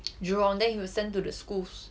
jurong then he was sent to the schools